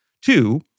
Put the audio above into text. Two